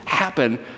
happen